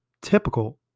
typical